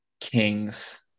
Kings